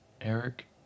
Eric